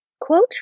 Quote